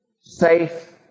safe